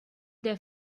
their